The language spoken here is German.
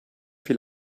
viel